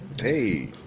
Hey